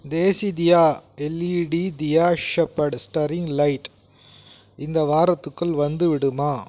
Desidiya LED diya shaped string light இந்த வாரத்துக்குள் வந்துவிடுமா